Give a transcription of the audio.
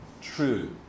true